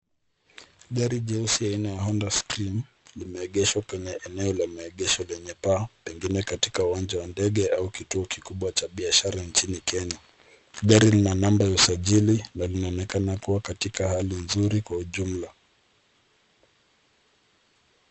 Gari jeusi aina ya Honda Stream limeegeshwa kwenye eneo la maegesho lenye paa pengine katika uwanja wa ndege aua kituo kikubwa cha biashara nchini Kenya. Gari lina namba ya usajili na linaonekana kua katika hali nzuri kwa ujumla.